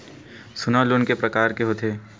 सोना लोन के प्रकार के होथे?